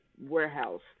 warehouse